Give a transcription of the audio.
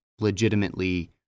legitimately